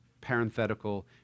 parenthetical